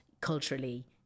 culturally